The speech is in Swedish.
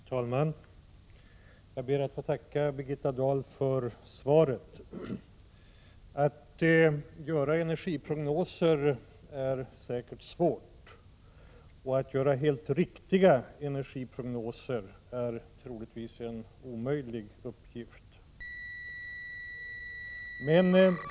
Fru talman! Jag ber att få tacka Birgitta Dahl för svaret. Att göra energiprognoser är säkert svårt. Att göra helt riktiga energiprognoser är troligtvis en omöjlig uppgift.